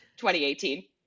2018